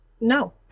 no